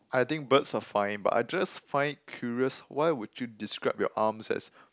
I think birds are fine but I just find it curious why would you describe your arms as